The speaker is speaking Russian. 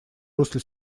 русле